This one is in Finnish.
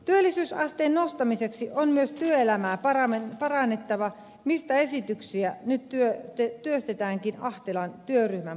työllisyysasteen nostamiseksi on myös työelämää parannettava mistä esityksiä nyt työstetäänkin ahtelan työryhmän pohjalta